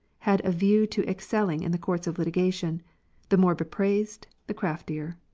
had a view to excelling in the courts of litigation the more bepraised, the craftier.